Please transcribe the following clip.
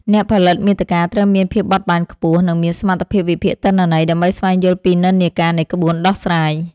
អ្នកផលិតមាតិកាត្រូវមានភាពបត់បែនខ្ពស់ និងមានសមត្ថភាពវិភាគទិន្នន័យ ដើម្បីស្វែងយល់ពីនិន្នាការនៃក្បួនដោះស្រាយ។